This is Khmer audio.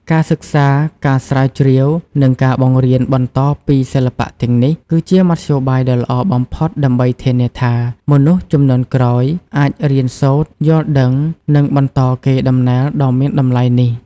ការសិក្សា ការស្រាវជ្រាវ និងការបង្រៀនបន្តពីសិល្បៈទាំងនេះ គឺជាមធ្យោបាយដ៏ល្អបំផុតដើម្បីធានាថា មនុស្សជំនាន់ក្រោយអាចរៀនសូត្រ យល់ដឹង និងបន្តកេរដំណែលដ៏មានតម្លៃនេះ។